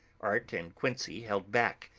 art and quincey held back,